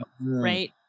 right